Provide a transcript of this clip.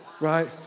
Right